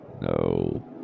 No